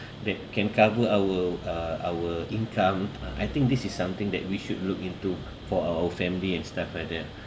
that can cover our uh our income uh I think this is something that we should look into for our family and stuff like that